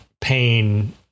pain